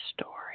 story